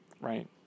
right